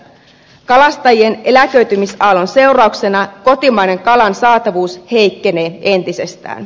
kalastajien eläköitymisaallon seurauksena kotimaisen kalan saatavuus heikkenee entisestään